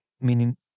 meaning